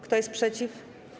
Kto jest przeciw?